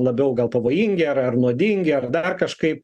labiau gal pavojingi ar ar nuodingi ar dar kažkai